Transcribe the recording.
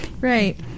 right